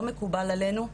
לא מקובל עלינו.